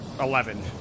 Eleven